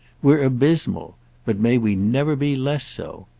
we're abysmal but may we never be less so!